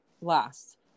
Last